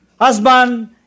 Husband